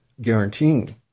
guaranteeing